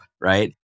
right